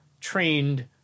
trained